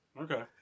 Okay